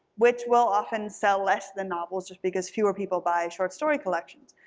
which will often sell less than novels, just because fewer people buy short story collections.